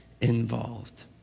involved